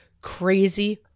crazy